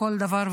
בכל דבר.